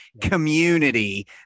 community